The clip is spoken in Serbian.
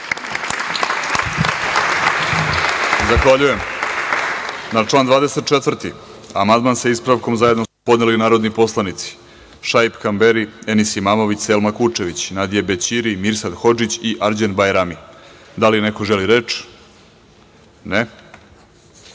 Zahvaljujem. Na član 24. amandman, sa ispravkom, zajedno su podneli narodni poslanici Šaip Kamberi, Enis Imamović, Selma Kučević, Nadije Bećiri, Mirsad Hodžić i Arđend Bajrami. Da li neko želi reč?